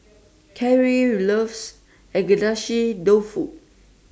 Kyrie loves Agedashi Dofu